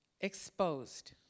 exposed